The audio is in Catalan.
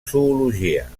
zoologia